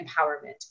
empowerment